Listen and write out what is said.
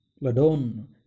ladon